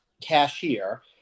cashier